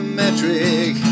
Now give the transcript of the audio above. metric